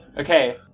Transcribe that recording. Okay